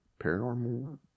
Paranormal